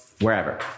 wherever